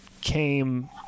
came